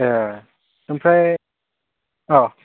ए ओमफ्राय अ